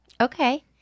Okay